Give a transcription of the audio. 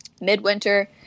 midwinter